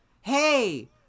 hey